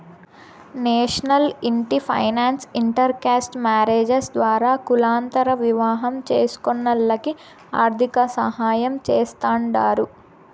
national ఇంటి finance inter caste marriages ద్వారా కులాంతర వివాహం చేస్కునోల్లకి ఆర్థికసాయం చేస్తాండారు